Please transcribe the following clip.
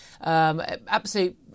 absolute